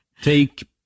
take